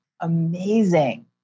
amazing